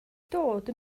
dod